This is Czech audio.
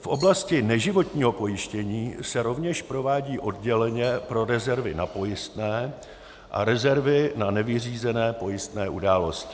V oblasti neživotního pojištění se rovněž provádí odděleně pro rezervy na pojistné a rezervy na nevyřízené pojistné události.